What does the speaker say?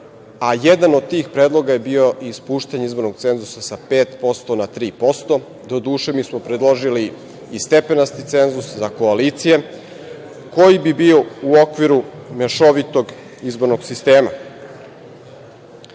a jedan od tih predloga je bio i spuštanje izbornog cenzusa sa 5% na 3%. Doduše, mi smo predložili i stepenasti cenzus za koalicije koji bi bio u okviru mešovitog izbornog